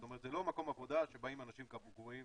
זאת אומרת זה לא מקום עבודה שבאים אנשים קבועים.